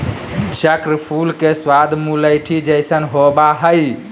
चक्र फूल के स्वाद मुलैठी जइसन होबा हइ